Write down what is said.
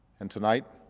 and tonight,